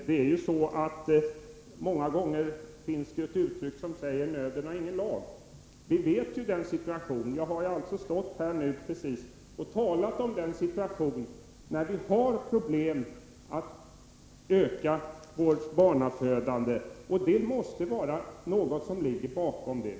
Herr talman! Det finns ett uttryck som heter: Nöden har ingen lag. Vi vet hurläget är. Jag har nyss stått här och talat om att vi befinner oss i en situation där vi har problem att öka barnafödandet i vårt land. Det måste ligga någonting bakom det.